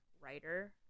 writer